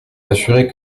assuraient